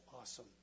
awesome